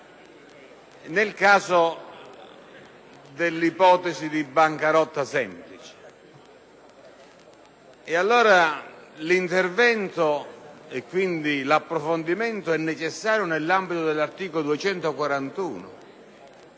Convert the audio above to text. nel caso dell’ipotesi di bancarotta semplice. Allora, l’intervento e quindi l’approfondimento sono necessari nell’ambito dell’articolo 241